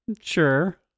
Sure